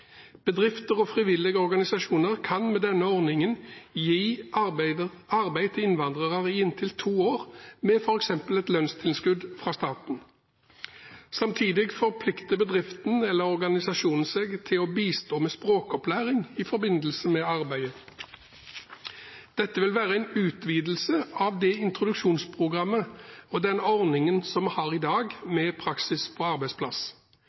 Bedrifter og frivillige organisasjoner kan med denne ordningen gi arbeid til innvandrere i inntil to år, med f.eks. et lønnstilskudd fra staten. Samtidig forplikter bedriften eller organisasjonen seg til å bistå med språkopplæring i forbindelse med arbeidet. Dette vil være en utvidelse av det introduksjonsprogrammet og den ordningen vi har i dag med praksis på arbeidsplass.